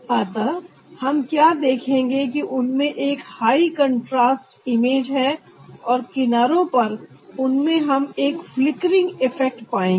अतः हम क्या देखेंगे कि उनमें एक हाई कंट्रास्ट इमेज है और किनारों पर उनमें हम एक फ्लिकरिंग इफेक्ट पाएंगे